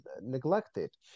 neglected